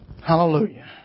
Hallelujah